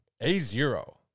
A-Zero